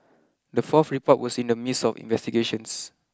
the fourth report was in the midst of investigations